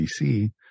DC